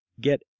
Get